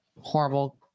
horrible